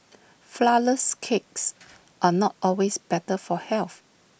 Flourless Cakes are not always better for health